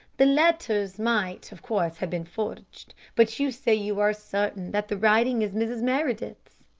the letters might, of course, have been forged, but you say you are certain that the writing is mrs. meredith's.